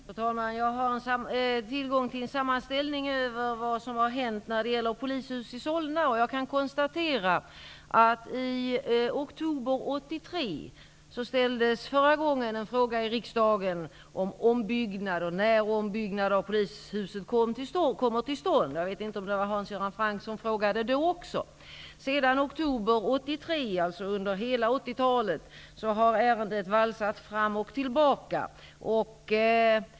Fru talman! Jag har tillgång till en sammanställning över vad som har hänt när det gäller frågan om polishuset i Solna. Jag kan konstatera att i oktober 1983 ställdes senast en fråga i riksdagen om när ombyggnaden av polishuset skulle komma till stånd. Jag vet inte om det var Hans Göran Franck som ställde frågan då också. Sedan oktober 1983, dvs. under hela 80-talet, har ärendet valsat fram och tillbaka.